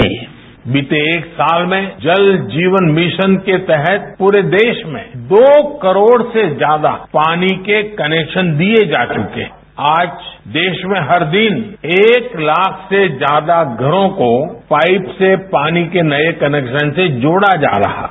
bite प्रधानमंत्री बीते एक साल में जल जीवन मिशन के तहत पूरे देश में दो करोड़ से ज्यादा पानी के कनेक्शन दिए जा चुके हैं आज देश में हर दिन एक लाख से ज्यादा घरों को पाईप से पानी के नए कनेक्शन से जोड़ा जा रहा है